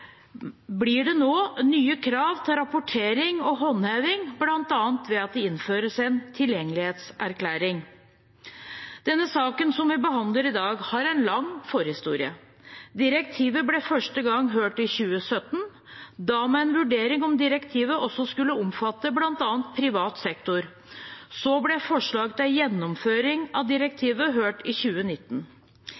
blir det nå nye krav til rapportering og håndheving, bl.a. ved at det innføres en tilgjengelighetserklæring. Den saken vi behandler i dag, har en lang forhistorie. Direktivet ble første gang hørt i 2017 – da med en vurdering av om direktivet også skulle omfatte bl.a. privat sektor. Så ble forslag til gjennomføring av